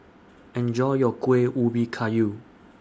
Enjoy your Kuih Ubi Kayu